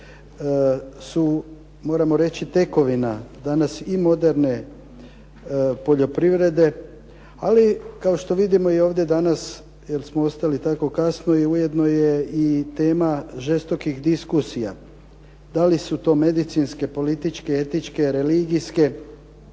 su moramo reći tekovina danas i moderne poljoprivrede ali kao što vidimo i ovdje danas jer smo ostali tako kasno i ujedno je i tema žestokih diskusija. Da li su to medicinske, političke, etičke, religijske,